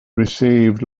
received